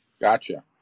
Gotcha